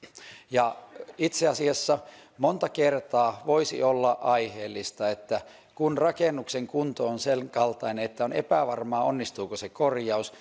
itse asiassa monta kertaa voisi olla aiheellista että kun rakennuksen kunto on sen kaltainen että on epävarmaa onnistuuko se korjaus